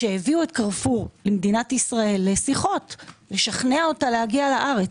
כשהביאו את קרפור למדינת ישראל לשיחות לשכנע אותה להגיע לארץ,